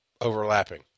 overlapping